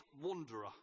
wanderer